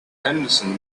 henderson